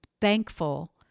thankful